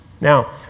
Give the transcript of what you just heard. Now